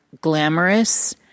glamorous